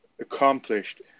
accomplished